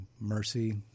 Mercy